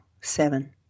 seven